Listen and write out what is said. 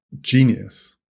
genius